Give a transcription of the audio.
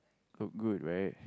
look good right